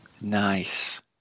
Nice